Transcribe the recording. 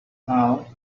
now